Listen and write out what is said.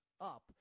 up